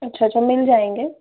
अच्छा अच्छा मिल जाएँगे